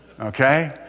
Okay